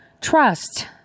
trust